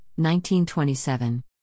1927